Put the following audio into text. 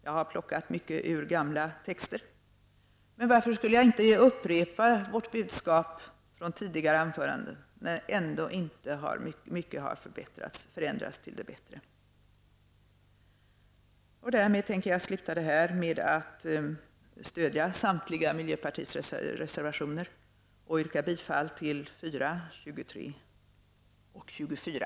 Jag har plockat mycket ur gamla texter. Men varför skulle jag inte upprepa vårt budskap i tidigare anföranden, när mycket ändå inte har förändrats till det bättre? Därmed slutar jag med att stödja samtliga miljöpartireservationer. Jag yrkar bifall till reservation 4, 23 och 24.